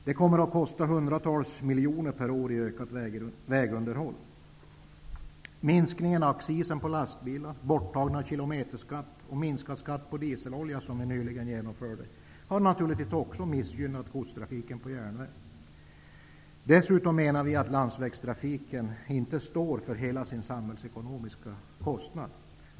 Det kommer att kosta hundratals miljoner per år i ökat vägunderhåll. Minskningen av accisen på lastbilar, borttagande av kilometerskatten och sänkning av skatten på dieselolja som vi nyligen genomförde, har naturligtvis också missgynnat godstrafiken på järnväg. Dessutom menar vi att landsvägstrafiken inte står för hela sin samhällsekonomiska kostnad.